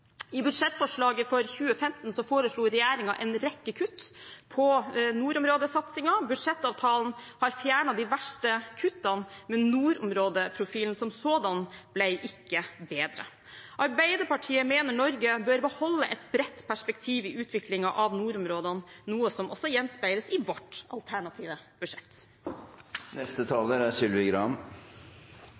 I budsjettforslaget for 2015 foreslo regjeringen en rekke kutt på nordområdesatsingen. Budsjettavtalen har fjernet de verste kuttene, men nordområdeprofilen som sådan ble ikke bedre. Arbeiderpartiet mener Norge bør beholde et bredt perspektiv i utviklingen av nordområdene, noe som også gjenspeiles i vårt alternative budsjett. Det er